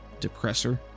depressor